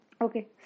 Okay